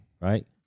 Right